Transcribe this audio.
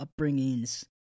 upbringings